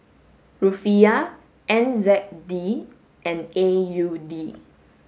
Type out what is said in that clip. Rufiyaa N Z D and A U D